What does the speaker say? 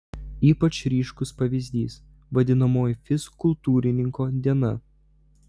ypač ryškus pavyzdys vadinamoji fizkultūrininko diena